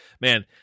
man